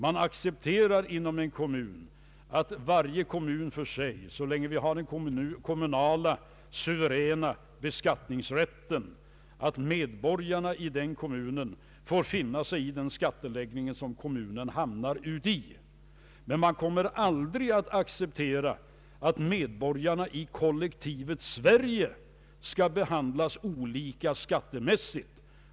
Så länge vi har den suveräna kommunala beskattningsrätten accepterar man att medborgarna i en kommun får finna sig i den skattläggning som kommunen hamnar i. Men man kommer aldrig att acceptera att medborgarna i kollektivet Sverige skall behandlas olika skattemässigt.